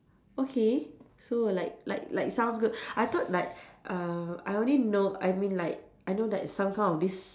okay so like like like sounds good I thought like uh I only know I mean like I know there is some kind of these